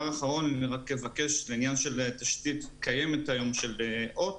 לעניין של תשתית קיימת של הוט,